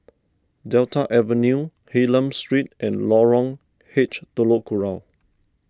Delta Avenue Hylam Street and Lorong H Telok Kurau